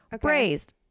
braised